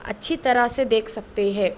اچّھی طرح سے دیکھ سکتے ہے